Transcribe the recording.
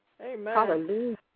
Amen